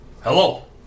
Hello